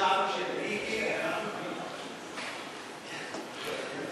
ההצעה להעביר את הצעת חוק איסור הלבנת הון (תיקון מס' 13),